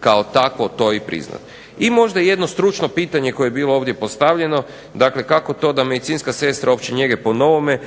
kao takvo to i priznati. I možda jedno stručno pitanje koje je bilo ovdje postavljeno, dakle kako to da medicinska sestra opće njege po novome